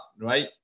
right